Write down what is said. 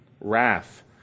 wrath